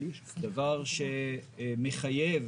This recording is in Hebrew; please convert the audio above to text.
דבר שחייב